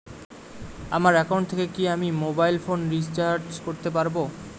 আমার একাউন্ট থেকে কি আমি মোবাইল ফোন রিসার্চ করতে পারবো?